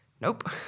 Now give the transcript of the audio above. nope